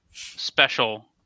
special